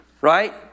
right